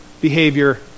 behavior